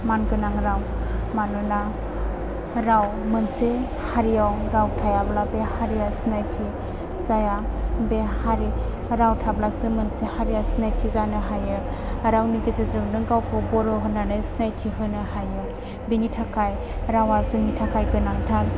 मानगोनां राव मानोना राव मोनसे हारियाव राव थायाब्ला बे हारिआ सिनायथि जाया बे हारि राव थाब्लासो मोनसे हारिया सिनायथि जानो हायो रावनि गेजेरजों नों गावखौ बर' होननानै सिनायथि होनो हायो बिनि थाखाय रावा जोंनि थाखाय गोनांथार